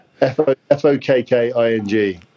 F-O-K-K-I-N-G